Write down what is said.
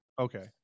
okay